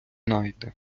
найде